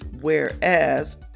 Whereas